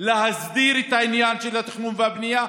להסדיר את העניין של התכנון והבנייה,